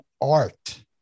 art